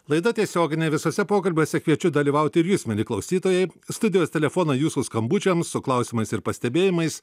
laida tiesioginė visuose pokalbiuose kviečiu dalyvauti ir jus mieli klausytojai studijos telefonai jūsų skambučiams su klausimais ir pastebėjimais